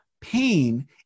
pain